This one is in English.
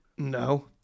No